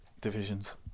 Divisions